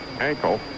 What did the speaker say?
ankle